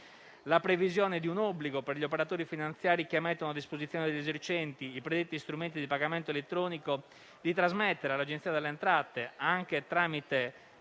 la previsione di un obbligo, per gli operatori finanziari che mettono a disposizione degli esercenti i predetti strumenti di pagamento elettronico, di trasmettere all'Agenzia delle entrate, anche tramite